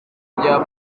rya